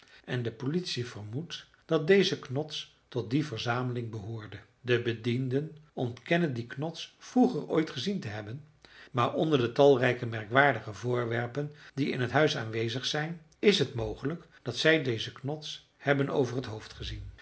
en de politie vermoedt dat deze knots tot die verzameling behoorde de bedienden ontkennen die knots vroeger ooit gezien te hebben maar onder de talrijke merkwaardige voorwerpen die in het huis aanwezig zijn is het mogelijk dat zij deze knots hebben over t hoofd gezien